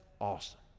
awesome